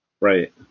Right